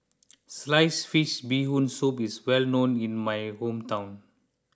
Sliced Fish Bee Hoon Soup is well known in my hometown